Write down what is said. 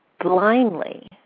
blindly